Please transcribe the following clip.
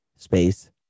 space